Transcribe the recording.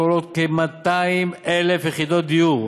הכוללות כ-200,000 יחידות דיור.